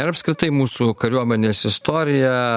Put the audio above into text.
ar apskritai mūsų kariuomenės istorija